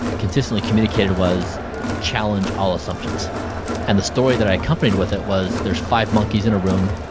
consistently communicated was challenge all assumptions and the story that i accompanies with it was there are five monkeys in a room,